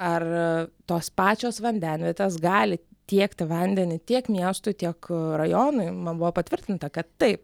ar tos pačios vandenvietės gali tiekti vandenį tiek miestui tiek rajonui man buvo patvirtinta kad taip